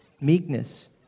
meekness